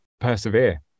persevere